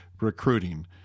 recruiting